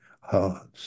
hearts